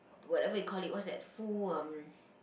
whatever you call it what's that full um